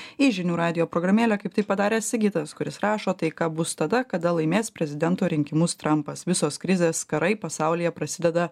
į žinių radijo programėlę kaip tai padarė sigitas kuris rašo taika bus tada kada laimės prezidento rinkimus trampas visos krizės karai pasaulyje prasideda